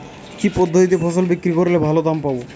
কি পদ্ধতিতে ফসল বিক্রি করলে ভালো দাম পাব?